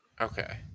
okay